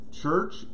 Church